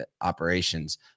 operations